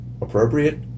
appropriate